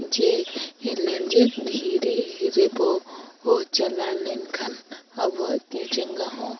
ᱡᱮ ᱞᱮᱸᱡᱮᱫ ᱫᱷᱤᱨᱤ ᱨᱮᱵᱚ ᱪᱟᱞᱟᱣ ᱞᱮᱱᱠᱷᱟᱱ ᱟᱵᱚᱣᱟᱜ ᱛᱤ ᱡᱟᱸᱜᱟ ᱦᱚᱸ